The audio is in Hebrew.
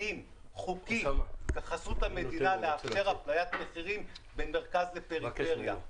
כתקדים חוקי בחסות המדינה לאפשר אפליית מחירים בין מרכז לפריפריה.